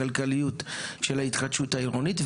הכלכליות של ההתחדשות העירונית.